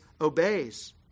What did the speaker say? obeys